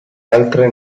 altre